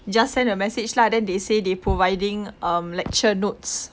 just sent a message lah then they say the providing um lecture notes